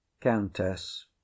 Countess